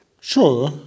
Sure